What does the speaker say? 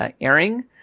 airing